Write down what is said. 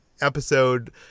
episode